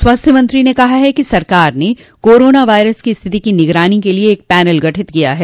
स्वास्थ्य मंत्री ने कहा कि सरकार ने कोरोना वायरस की स्थिति की निगरानी के लिए एक पैनल गठित किया है